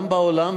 גם בעולם,